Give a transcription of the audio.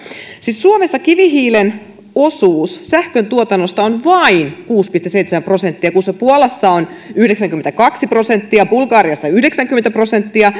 suomessa kivihiilen osuus sähköntuotannosta on vain kuusi pilkku seitsemän prosenttia kun se puolassa on yhdeksänkymmentäkaksi prosenttia bulgariassa yhdeksänkymmentä prosenttia